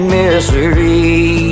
misery